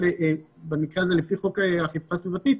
במקרה הזה לפי חוק אכיפה סביבתית,